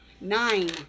Nine